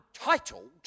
entitled